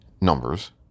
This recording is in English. numbers